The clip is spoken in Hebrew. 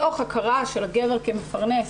מתוך הכרה של הגבר כמפרנס.